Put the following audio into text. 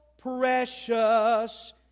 Precious